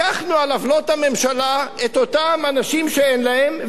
לקחנו על עוולות הממשלה את אותם אנשים שאין להם,